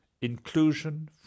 Inclusion